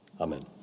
Amen